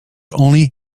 only